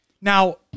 Now